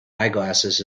eyeglasses